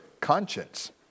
conscience